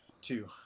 Two